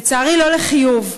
לצערי, לא לחיוב.